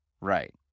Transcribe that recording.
Right